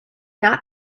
not